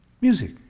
Music